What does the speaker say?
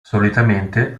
solitamente